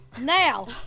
Now